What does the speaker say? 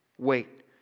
Wait